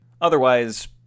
Otherwise